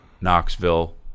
knoxville